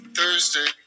Thursday